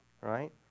right